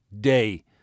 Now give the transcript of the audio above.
Day